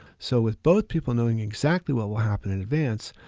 so with both people knowing exactly what will happen in advance,